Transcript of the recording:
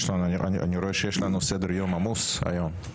אני רואה שיש לנו סדר-יום עמוס היום.